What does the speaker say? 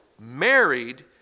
married